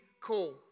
call